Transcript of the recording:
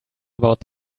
about